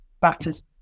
batters